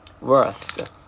Worst